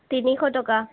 তিনিশ টকা